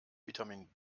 vitamin